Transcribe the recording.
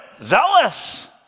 Zealous